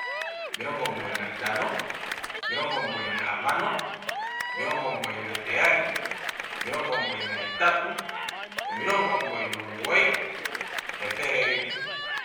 Omilongo omugoyi nantano, omilongo omugoyi nahamano, omilongo omugoyi naheyali, omilongo omugoyi nahetatu, omilongo omugoyi nomugoyi, ethele limwe